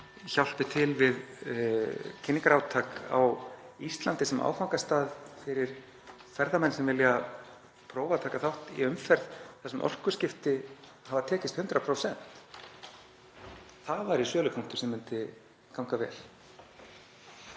hjálpi til við kynningarátak á Íslandi sem áfangastað fyrir ferðamenn (Forseti hringir.) sem vilja prófa að taka þátt í umferð þar sem orkuskipti hafa tekist 100%. Það væri sölupunktur sem myndi ganga vel.